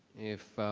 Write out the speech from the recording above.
if,